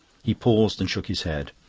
he paused and shook his head.